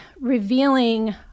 revealing